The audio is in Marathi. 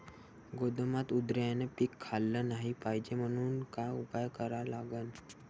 गोदामात उंदरायनं पीक खाल्लं नाही पायजे म्हनून का उपाय करा लागन?